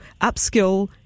upskill